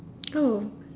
oh